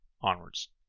onwards